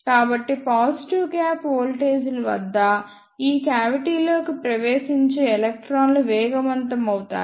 కాబట్టి positive gap వోల్టేజ్ల వద్ద ఈ క్యావిటీ లోకి ప్రవేశించే ఎలక్ట్రాన్లు వేగవంతమవుతాయి